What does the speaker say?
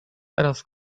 teraz